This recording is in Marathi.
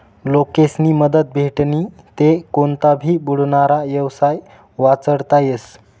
लोकेस्नी मदत भेटनी ते कोनता भी बुडनारा येवसाय वाचडता येस